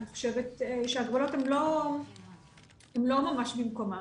אני חושבת שההקבלות הן לא ממש במקומן,